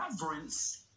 reverence